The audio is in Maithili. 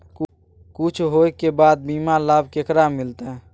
कुछ होय के बाद बीमा लाभ केकरा मिलते?